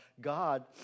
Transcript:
God